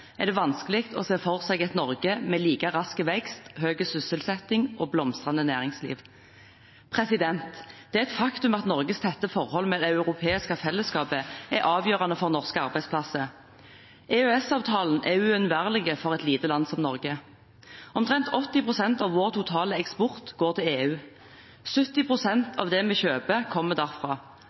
er det vanskelig å se for seg et Norge med like rask vekst, høy sysselsetting og blomstrende næringsliv. Det er et faktum at Norges tette forhold med det europeiske fellesskapet er avgjørende for norske arbeidsplasser. EØS-avtalen er uunnværlig for et lite land som Norge. Omtrent 80 pst. av vår totale eksport går til EU, 70 pst. av det vi kjøper, kommer derfra,